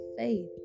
faith